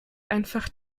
einfach